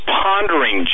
pondering